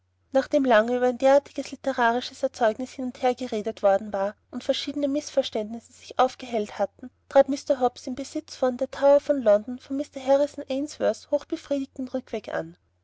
nachdem lang über ein derartiges litterarisches erzeugnis hin und her geredet worden war und verschiedene mißverständnisse sich aufgehellt hatten trat mr hobbs im besitz von der tower von london von mr harrison ainsworth hochbefriedigt den rückweg an